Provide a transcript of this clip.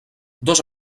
dos